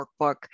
workbook